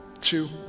two